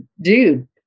dude